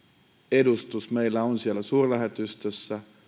edustus meillä on siellä suurlähetystössä